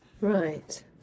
Right